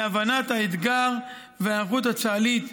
להבנת האתגר וההיערכות הצה"לית.